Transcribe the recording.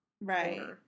Right